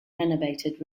renovated